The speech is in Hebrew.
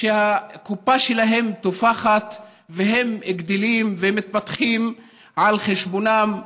שהקופה שלהם תופחת והם גדלים ומתפתחים על חשבונם,